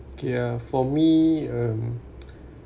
ya for me um